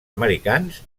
americans